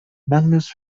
magnus